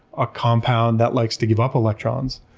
a compound that likes to give up electrons,